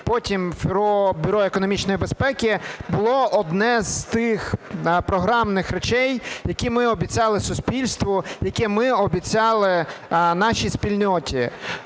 потім Бюро економічної безпеки було одне з тих програмних речей, які ми обіцяли суспільству, яке ми обіцяли нашій спільноті.